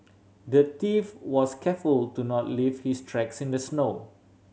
the thief was careful to not leave his tracks in the snow